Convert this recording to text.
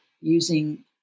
using